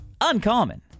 uncommon